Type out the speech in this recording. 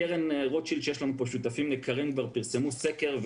קרן רוטשילד - יש לנו פה שותפים יקרים - כבר פרסמו סקר,